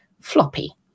floppy